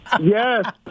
Yes